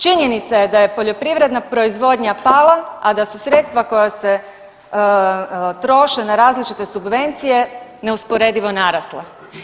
Činjenica je da je poljoprivredna proizvodnja pala, a da su sredstva koja se troše na različite subvencije neusporedivo narasle.